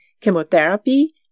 chemotherapy